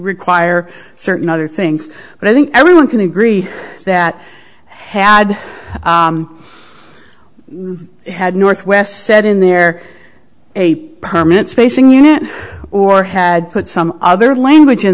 require certain other things but i think everyone can agree that had had northwest said in there a permanent spacing unit or had put some other language in